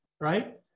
right